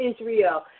Israel